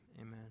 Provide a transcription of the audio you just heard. amen